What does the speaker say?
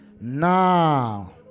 now